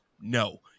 no